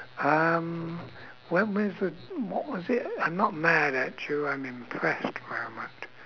um where was it what was it I'm not mad at you I'm impressed moment